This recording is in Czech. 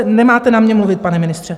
Nemáte na mě mluvit, pane ministře!